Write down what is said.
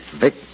Vic